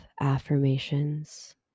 affirmations